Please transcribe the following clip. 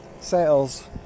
sales